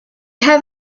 have